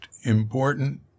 important